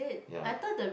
ya